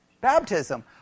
baptism